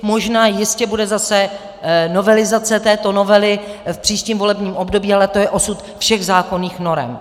Možná jistě bude zase novelizace této novely v příštím volebním období, ale to je osud všech zákonných norem.